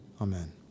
Amen